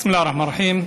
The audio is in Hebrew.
בסם אללה א-רחמאן א-רחים.